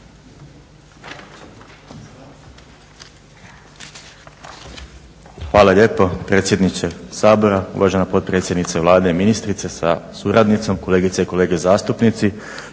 Hvala lijepo predsjedniče Sabora, uvažena potpredsjednice Vlade i ministrice sa suradnicom, kolegice i kolege zastupnici.